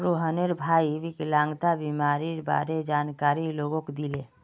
रोहनेर भईर विकलांगता बीमारीर बारे जानकारी लोगक दीले